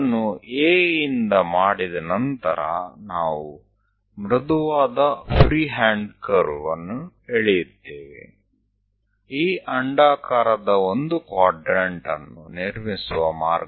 તો એકવાર તે થઈ જાય ત્યારબાદ A થી આપણે એક સરળ મુક્ત હાથથી વક્ર દોરીશું